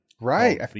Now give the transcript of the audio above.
Right